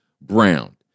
Brown